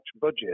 budget